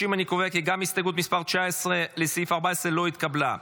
30. אני קובע כי גם הסתייגות 19 לסעיף 14 לא התקבלה.